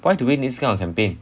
want to win this kind of campaign